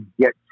get